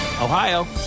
Ohio